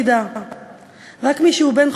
פשוט לבטל אותו על הסף,